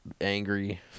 angry